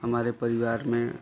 हमारे परिवार में